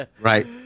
right